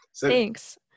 Thanks